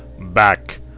Back